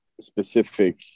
specific